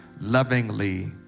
lovingly